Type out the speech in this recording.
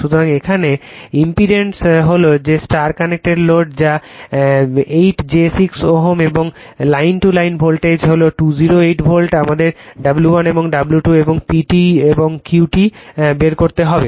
সুতরাং এখানে ইম্পিডেন্স হলো যে স্টার কানেক্টেড লোড যা 8 j 6 Ω এবং লাইন টু লাইন ভোল্টেজ হল 208 ভোল্ট আমাদের W1 এবং W2 এবং PT এবং Q T বের করতে হবে